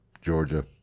Georgia